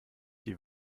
die